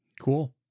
cool